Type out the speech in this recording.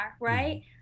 right